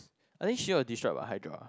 I think shield will disrupt a hydra